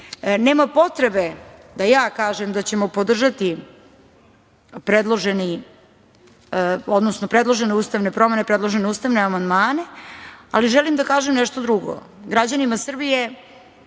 potrebe da ja kažem da ćemo podržati predložene ustavne promene, predložene ustavne amandmane, ali želim da kažem nešto drugo građanima Srbije,